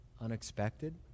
unexpected